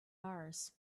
mars